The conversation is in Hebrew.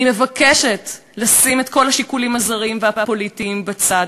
אני מבקשת לשים את כל השיקולים הזרים והפוליטיים בצד,